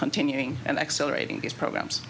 continuing and accelerating these programs